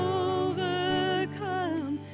overcome